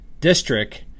district